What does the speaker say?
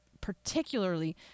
particularly